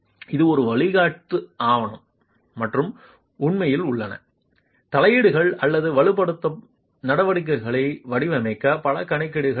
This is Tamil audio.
இது ஒரு வழிகாட்டு ஆவணம் மற்றும் உண்மையில் உள்ளன தலையீடுகள் அல்லது வலுப்படுத்தும் நடவடிக்கைகளை வடிவமைக்க பல கணக்கீடுகள் இல்லை